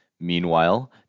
Meanwhile